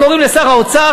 קוראים לשר האוצר,